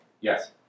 Yes